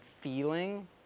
feeling